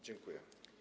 Dziękuję.